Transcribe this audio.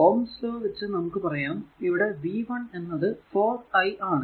Ohm's law വച്ച് നമുക്ക് പറയാം ഇവിടെ v1 എന്നത് 4 i ആണ്